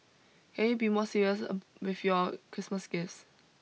can you be more serious with your Christmas gifts